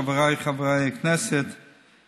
חבריי חברי הכנסת,